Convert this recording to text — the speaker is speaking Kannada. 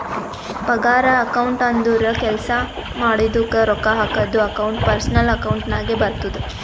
ಪಗಾರ ಅಕೌಂಟ್ ಅಂದುರ್ ಕೆಲ್ಸಾ ಮಾಡಿದುಕ ರೊಕ್ಕಾ ಹಾಕದ್ದು ಅಕೌಂಟ್ ಪರ್ಸನಲ್ ಅಕೌಂಟ್ ನಾಗೆ ಬರ್ತುದ